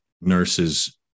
nurses